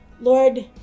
Lord